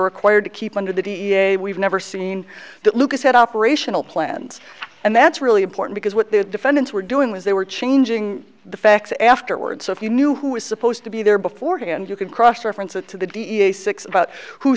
required to keep under the d a we've never seen that lucas had operational plans and that's really important because what the defendants were doing was they were changing the facts afterward so if you knew who was supposed to be there beforehand you can cross reference that to the d a six about who